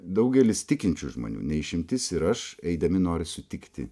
daugelis tikinčių žmonių ne išimtis ir aš eidami nori sutikti